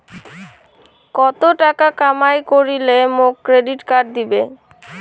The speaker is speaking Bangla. কত টাকা কামাই করিলে মোক ক্রেডিট কার্ড দিবে?